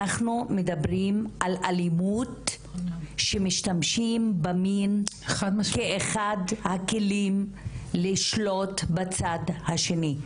אנחנו מדברים על אלימות שמשתמשים במין כאחד הכלים לשלוט בצד השני,